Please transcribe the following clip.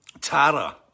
Tara